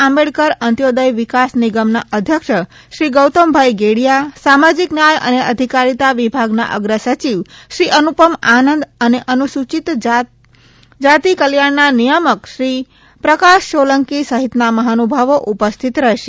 આંબેડકર અંત્યોદય વિકાસ નિગમના અધ્યક્ષ શ્રી ગૌતમભાઈ ગેડિયા સામાજિક ન્યાય અને અધિકારીતા વિભાગના અગ્ર સચિવ શ્રી અનુપમ આનંદ તથા અનુસુચિત જાત કલ્યાણના નિયામક શ્રી પ્રકાશ સોલંકી સહિતના મહાનુભાવો ઉપસ્થિત રહેશે